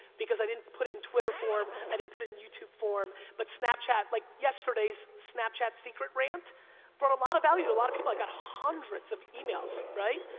because i didn't put it in twitter form, i didn't put it in youtube form, but snapchat, like, yesterdays' snapchat secret rant brought a lot of value to a lot of people, i got hunderds of emails. right?